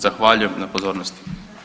Zahvaljujem na pozornosti.